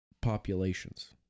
Populations